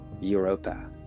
Europa